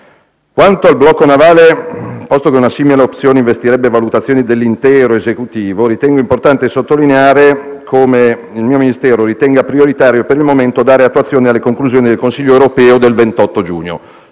Quanto al blocco navale, posto che una simile opzione investirebbe valutazioni dell'intero Esecutivo, ritengo importante sottolineare come il mio Ministero reputi prioritario per il momento dare attuazione alle conclusioni del Consiglio europeo del 28 giugno.